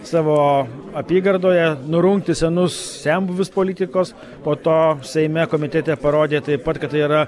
savo apygardoje nurungti senus senbuvius politikos po to seime komitete parodė taip pat kad tai yra